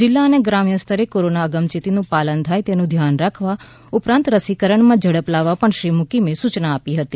જિલ્લા અને ગ્રામ્ય સ્તરે કોરોના અગમચેતીનું પાલન થાય તેનું ધ્યાન રાખવા ઉપરાંત રસીકરણ માં ઝડપ લાવવા પણ શ્રી મૂકીમે સૂચના આપી હતી